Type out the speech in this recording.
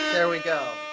there we go.